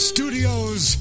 Studios